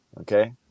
okay